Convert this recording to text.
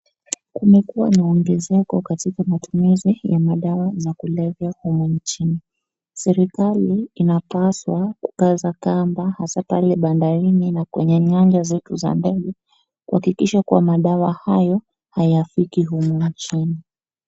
Kumekuwa na ongezeko katika matumizi ya madawa za kulevya humu nchini. Serikali inapaswa kukaza kamba hasa pale bandarini na kwenye nyanja zetu za ndege kuhakikisha kuwa madawa hayo hayafiki humu nchini.